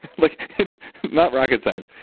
like not rocket science.